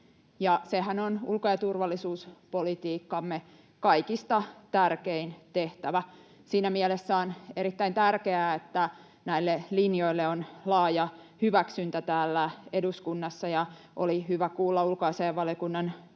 sehän on ulko- ja turvallisuuspolitiikkamme kaikista tärkein tehtävä. Siinä mielessä on erittäin tärkeää, että näille linjoille on laaja hyväksyntä täällä eduskunnassa, ja oli hyvä kuulla ulkoasiainvaliokunnan puheenjohtajankin